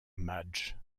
madge